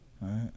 right